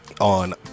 on